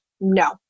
no